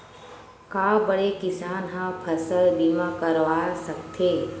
का बड़े किसान ह फसल बीमा करवा सकथे?